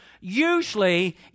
usually